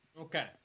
Okay